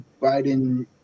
Biden